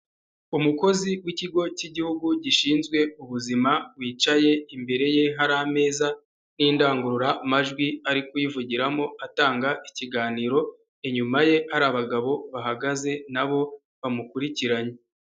Umukozi w'Ikigo cy'Igihugu gishinzwe ubuzima wicaye, imbere ye hari ameza n'indangururamajwi ari kuyivugiramo atanga ikiganiro, inyuma ye hari abagabo bahagaze nabo bamukurikiranye.